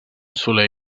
soler